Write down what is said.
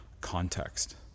context